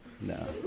no